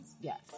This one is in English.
Yes